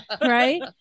right